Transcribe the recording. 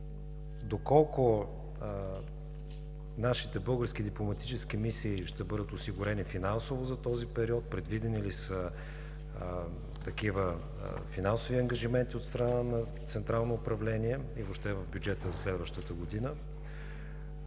доколко нашите български дипломатически мисии ще бъдат осигурени финансово за този период? Предвидени ли са такива финансови ангажименти от страна на Централно управление и въобще в бюджета за следващата година?